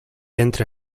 entra